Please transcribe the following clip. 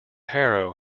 harrow